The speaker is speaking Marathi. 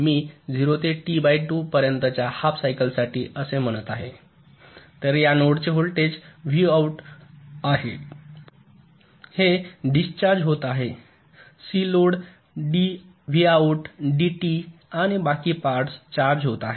मी 0 ते टी बाय 2 पर्यंतच्या हाफ सायकलसाठी असे म्हणत आहे तर या नोडचे व्होल्टेज व्हॉट आहे हे डिस्चार्ज होत आहे C load d V out d t आणि बाकी पार्टस चार्जे होत आहे